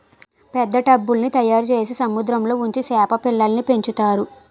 పెద్ద టబ్బుల్ల్ని తయారుచేసి సముద్రంలో ఉంచి సేప పిల్లల్ని పెంచుతారు